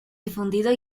difundido